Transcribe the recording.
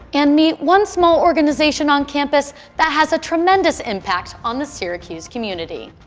and meet one small organization on campus that has a tremendous impact on the syracuse community.